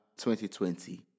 2020